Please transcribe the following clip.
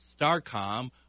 STARCOM